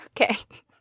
Okay